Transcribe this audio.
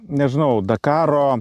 nežinau dakaro